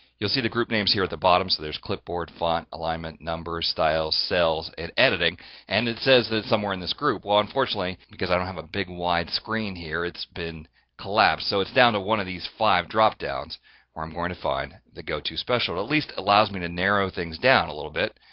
you'll see the group names here at the bottom so there's clipboard, font alignment, number, style, cells and editing and it says that somewhere in this group. well unfortunately because i don't have a big wide screen here it's been collapsed so it's down to one of these five dropdowns or i'm going to find the go to special at least allows me to narrow things down a little bit.